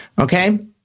okay